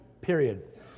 period